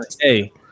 Hey